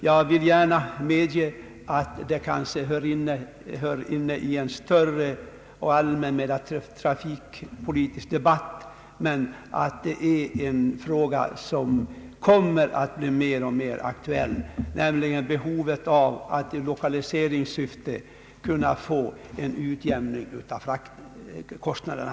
Jag vill gärna medge att detta kanske hör hemma i en större och mera allmän trafikpolitisk debatt, men jag vill nämna att en fråga som kommer att bli mer och mer aktuell är den om behovet av att i lokaliseringssyfte få en utjämning av fraktkostnaderna.